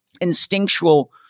instinctual